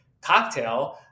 cocktail